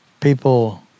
people